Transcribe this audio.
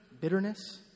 bitterness